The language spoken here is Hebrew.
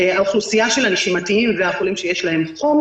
האוכלוסייה של הנשימתיים והחולים שיש להם חום,